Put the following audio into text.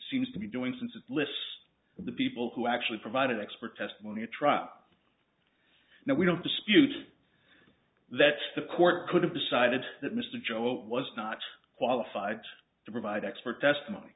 seems to be doing since it lists the people who actually provided expert testimony at trial now we don't dispute that the court could have decided that mr joe was not qualified to provide expert testimony